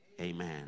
Amen